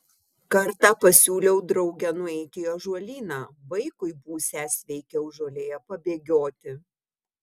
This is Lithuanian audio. kartą pasiūliau drauge nueiti į ąžuolyną vaikui būsią sveikiau žolėje pabėgioti